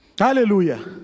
Hallelujah